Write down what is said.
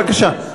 בבקשה.